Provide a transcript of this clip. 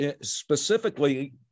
specifically